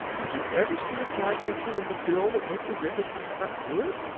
did you ever see a flycatcher with a bill that looked as if it could cut wood?